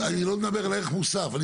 בהצעה הממשלתית,